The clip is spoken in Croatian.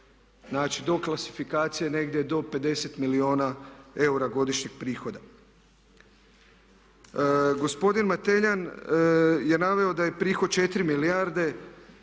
Znači doklasifikacije do 50 milijuna eura godišnjeg prihoda. Gospodin Mateljan je naveo daje prihod 4 milijarde,